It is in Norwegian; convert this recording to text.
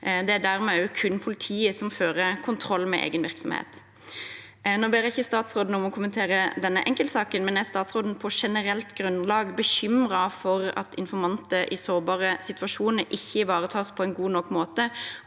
dermed også kun politiet som fører kontroll med egen virksomhet. Nå ber jeg ikke statsråden om å kommentere denne enkeltsaken, men er statsråden på generelt grunnlag bekymret for at informanter i sårbare situasjoner ikke ivaretas på en god nok måte,